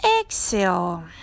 exhale